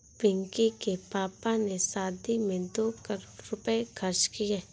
पिंकी के पापा ने शादी में दो करोड़ रुपए खर्च किए